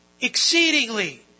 exceedingly